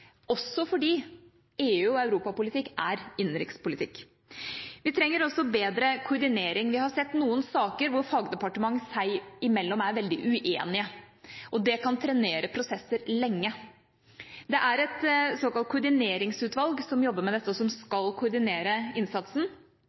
også fordi EU og europapolitikk er innenrikspolitikk. Vi trenger også bedre koordinering. Vi har sett noen saker hvor fagdepartementer seg imellom er veldig uenige, og det kan trenere prosesser lenge. Det er et såkalt koordineringsutvalg som jobber med dette, og som skal koordinere innsatsen.